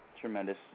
Tremendous